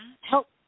help